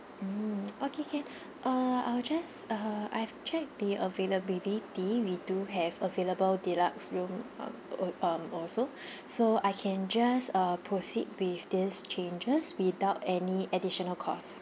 mm okay can uh I'll just uh I've checked the availability we do have available deluxe room um uh um also so I can just proceed with this changes without any additional cost